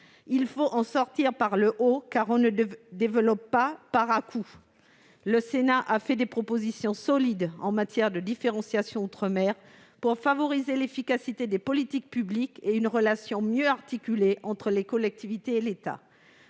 Il faut en sortir par le haut, car on ne développe pas par à-coups. Le Sénat a fait des propositions solides en matière de différenciation outre-mer pour favoriser l'efficacité des politiques publiques et une relation mieux articulée entre les collectivités et l'État.